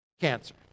Cancer